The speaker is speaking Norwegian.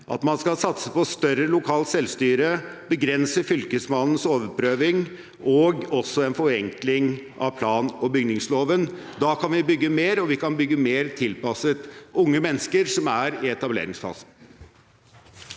at man skal satse på større lokalt selvstyre, begrense Fylkesmannens adgang til overprøving og forenkle plan- og bygningsloven. Da kan vi bygge mer – og vi kan bygge mer tilpasset unge mennesker som er i etableringsfasen.